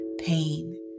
pain